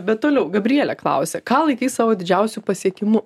bet toliau gabrielė klausia ką laikai savo didžiausiu pasiekimu